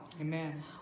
Amen